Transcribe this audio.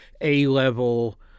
A-level